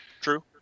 true